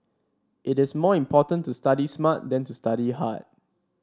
it is more important to study smart than to study hard